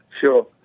sure